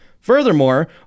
Furthermore